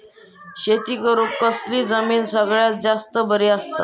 शेती करुक कसली जमीन सगळ्यात जास्त बरी असता?